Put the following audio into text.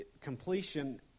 completion